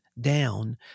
down